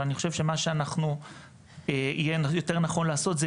אבל אני חושב שמה שיהיה יותר נכון לעשות זה